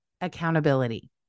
accountability